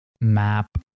map